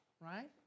right